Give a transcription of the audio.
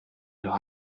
leur